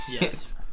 Yes